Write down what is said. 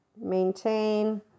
maintain